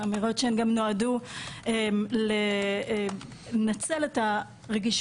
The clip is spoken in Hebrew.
אמירות שהן גם נועדו לנצל את הרגישויות